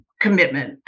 commitment